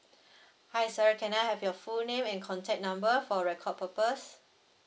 hi sir can I have your full name and contact number for record purpose